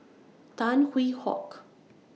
Tan Hwee Hock